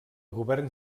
govern